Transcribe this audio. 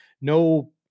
no